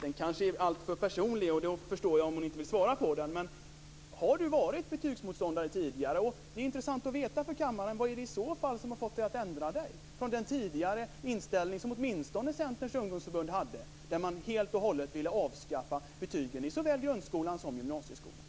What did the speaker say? Den kanske är alltför personlig, och då förstår jag om hon inte vill svara på den. Har Sofia Jonsson varit betygsmotståndare tidigare? Det är intressant att veta för kammaren vad i så fall fått henne att ändra sig från den tidigare inställning som åtminstone Centerns ungdomsförbund hade och när det helt och hållet ville avskaffa betygen i såväl grundskolan som gymnasieskolan.